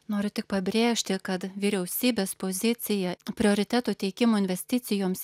noriu tik pabrėžti kad vyriausybės pozicija prioriteto teikimo investicijoms